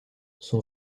son